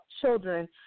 Children